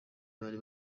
bari